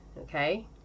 okay